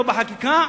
לא בחקיקה,